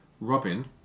Robin